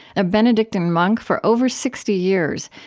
a benedictine monk for over sixty years,